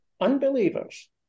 unbelievers